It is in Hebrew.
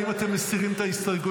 האם אתם מסירים את ההסתייגויות?